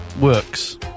Works